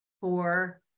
four